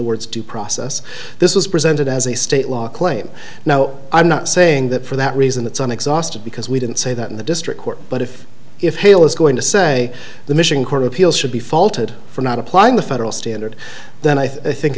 the words due process this was presented as a state law claim now i'm not saying that for that reason that's an exhaustive because we didn't say that in the district court but if if hill is going to say the michigan court of appeals should be faulted for not applying the federal standard then i think